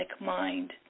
mind